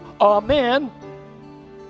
Amen